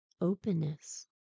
openness